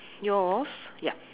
your's yup